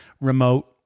remote